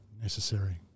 necessary